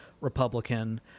Republican